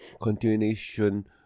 continuation